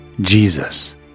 Jesus